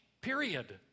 period